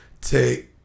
take